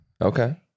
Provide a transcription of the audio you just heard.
Okay